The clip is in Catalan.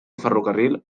ferrocarril